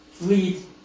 lead